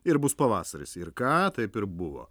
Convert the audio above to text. ir bus pavasaris ir ką taip ir buvo